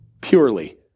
purely